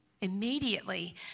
immediately